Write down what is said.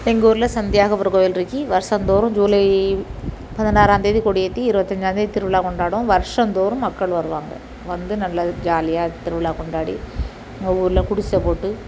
எங்கூரில் சந்தியாக்கப்பர் கோவில்ருக்கு வருஷம்தோறும் ஜூலை பதினாறந்தேதி கொடி ஏற்றி இருபத்தஞ்சாந்தேதி திருவிழா கொண்டாடுவோம் வருஷம்தோறும் மக்கள் வருவாங்க வந்து நல்லா ஜாலியாக திருவிழா கொண்டாடி எங்கள் ஊரில் குடிசப்போட்டு